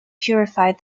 purified